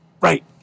Right